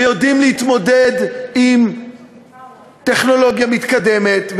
ויודעים להתמודד עם טכנולוגיה מתקדמת,